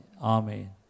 Amen